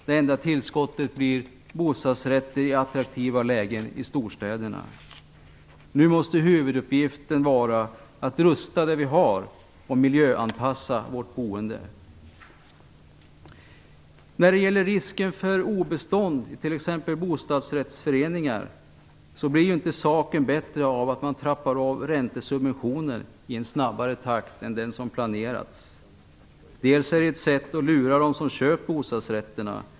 Det enda tillskottet blir bostadsrätter i attraktiva lägen i storstäderna. Nu måste huvuduppgiften vara att rusta det vi har och miljöanpassa vårt boende. När det gäller risken för obestånd i t.ex. bostadsrättsföreningar blir saken inte bättre av att man trappar ner räntesubventionerna i snabbare takt än vad som har planerats. Det är ett sätt att lura de som köper bostadsrätter.